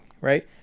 right